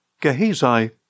Gehazi